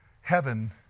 Heaven